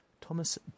Thomas